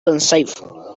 unsafe